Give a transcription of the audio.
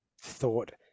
thought